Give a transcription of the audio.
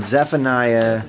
Zephaniah